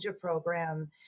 program